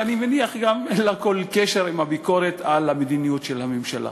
ואני גם מניח שאין לה כל קשר עם הביקורת על המדיניות של הממשלה.